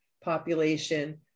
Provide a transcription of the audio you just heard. population